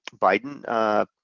Biden